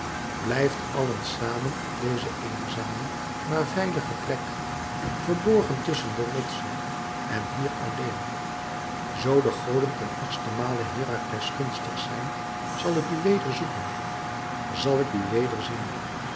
blijft allen samen op dezen eenzamen maar veiligen plek verborgen tusschen de rotsen en hier alleen zoo de goden ten achtsten male herakles gunstig zijn zal ik u weder zoeken zal ik u weder